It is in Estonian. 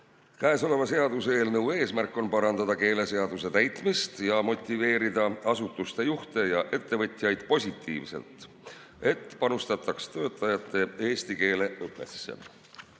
all 463. Seaduseelnõu eesmärk on parandada keeleseaduse täitmist ja motiveerida asutuste juhte ja ettevõtjaid positiivselt, et panustataks töötajate eesti keele õppesse.